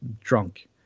drunk